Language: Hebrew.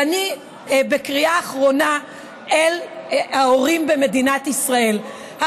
ובקריאה אחרונה אל ההורים במדינת ישראל: